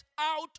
out